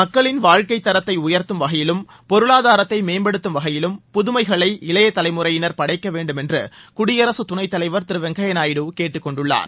மக்களின் வாழ்க்கைத் தரத்தை உயர்த்தும் வகையிலும் பொருளாதாரத்தை மேம்படுத்தும் வகையிலும் புதுமைகளை இளைய தலைமுறையினர் படைக்கவேண்டும என்று குடியரசுத் துணைத்தலைவர் திரு வெங்கையா நாயுடு கேட்டுக்கொண்டுள்ளார்